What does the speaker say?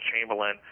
Chamberlain